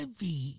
heavy